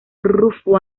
rufo